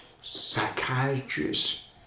psychiatrists